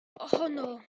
ohono